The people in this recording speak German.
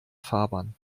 fahrbahn